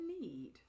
need